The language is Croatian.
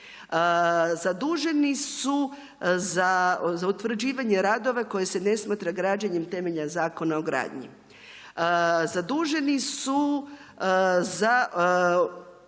Zaduženi su za utvrđivanje radova koje se ne smatra građenjem temeljem Zakona o gradnji. Zaduženi su za